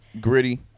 Gritty